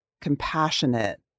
compassionate